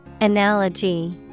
Analogy